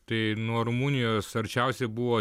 tai nuo rumunijos arčiausiai buvo